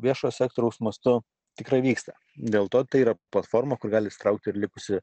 viešojo sektoriaus mastu tikrai vyksta dėl to tai yra platforma kur gali įsitraukti ir likusi